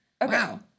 Wow